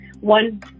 One